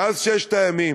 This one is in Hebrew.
מאז ששת הימים